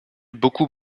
beaucoup